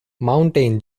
mountain